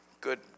good